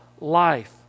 life